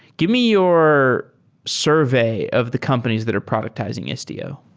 give me your survey of the companies that are productizing istio.